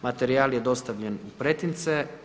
Materijal je dostavljen u pretince.